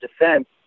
Defense